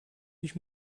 ich